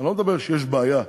אני לא מדבר כשיש בעיה,